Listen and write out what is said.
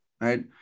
right